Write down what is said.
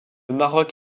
maroc